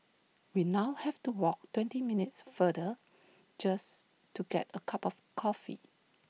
we now have to walk twenty minutes farther just to get A cup of coffee